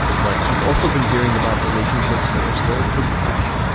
but i've also been hearing about relationships that are still pretty fresh.